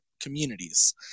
communities